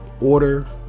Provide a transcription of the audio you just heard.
order